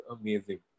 amazing